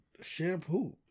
shampoo